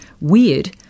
weird